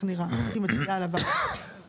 אתה